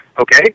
Okay